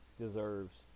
deserves